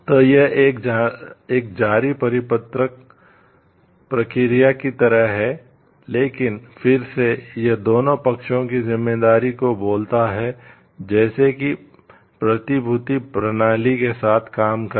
तो यह एक जारी परिपत्र प्रक्रिया की तरह है लेकिन फिर से यह दोनों पक्षों की जिम्मेदारी को बोलता है जैसे कि प्रतिभूति प्रणाली के साथ काम करना